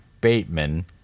Bateman